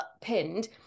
pinned